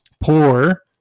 poor